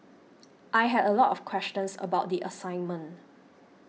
I had a lot of questions about the assignment